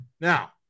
Now